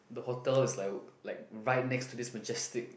the hotel is like like right next to this majestic